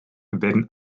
werden